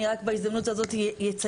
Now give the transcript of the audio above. אני רק בהזדמנות הזאת אציין,